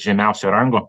žemiausio rango